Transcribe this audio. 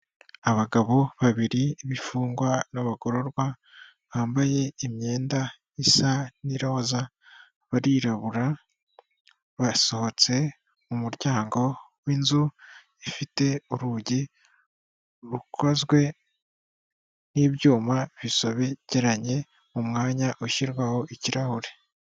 Abagabo babiri b'imfungwa n'abagororwa bambaye imyenda isa n'iroza barirabura basohotse mu muryango w'inzu ifite urugi rukozwe n'ibyuma bisobekeranye mu mwanya ushyirwaho ikirahure.